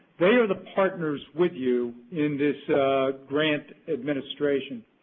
they are the partners with you in this grant administration.